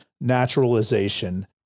naturalization